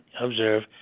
observe